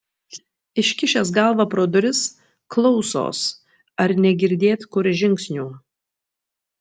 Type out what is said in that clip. iškišęs galvą pro duris klausos ar negirdėt kur žingsnių